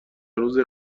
روز